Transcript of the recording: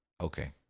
okay